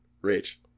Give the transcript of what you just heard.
Rich